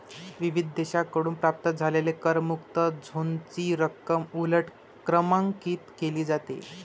विविध देशांकडून प्राप्त झालेल्या करमुक्त झोनची रक्कम उलट क्रमांकित केली जाते